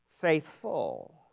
faithful